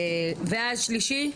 והשלישי?